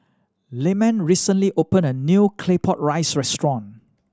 Lyman recently opened a new Claypot Rice restaurant